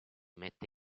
mette